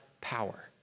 power